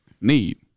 need